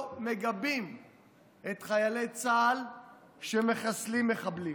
מגבים את חיילי צה"ל שמחסלים מחבלים.